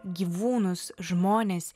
gyvūnus žmones